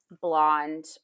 blonde